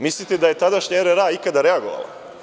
Mislite da je tadašnji RRA ikada reagovao.